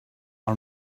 her